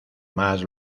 más